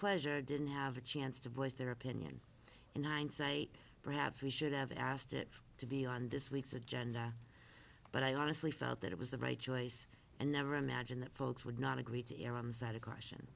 displeasure didn't have a chance to voice their opinion in hindsight perhaps we should have asked it to be on this week's agenda but i honestly felt that it was the right choice and never imagined that folks would not agree to err on the side of caution